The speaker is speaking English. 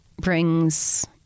brings